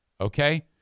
okay